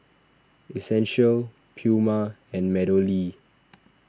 Essential Puma and MeadowLea